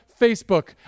Facebook